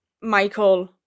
Michael